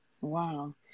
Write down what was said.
wow